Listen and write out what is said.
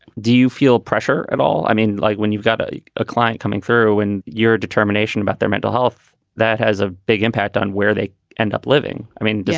do you feel pressure at all? i mean, like when you've got a a client coming through and your determination about their mental health, that has a big impact on where they end up living. i mean, yeah